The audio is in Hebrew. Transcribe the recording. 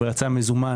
כבר יצא מזומן